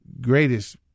greatest